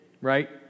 right